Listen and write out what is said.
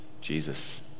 Jesus